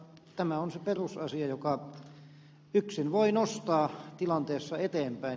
tämä on se perusasia joka yksin voi nostaa tilanteessa eteenpäin